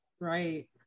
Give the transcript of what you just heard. Right